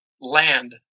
land